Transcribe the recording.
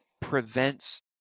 prevents